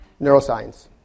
Neuroscience